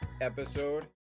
episode